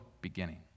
beginning